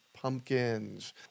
Pumpkins